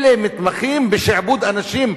אלה מתמחים בשעבוד אנשים,